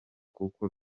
kuko